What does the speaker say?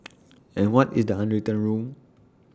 and what is the unwritten rule